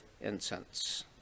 incense